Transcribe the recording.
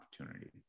opportunity